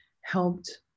helped